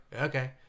Okay